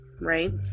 right